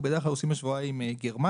אנחנו בדרך כלל עושים השוואה עם גרמניה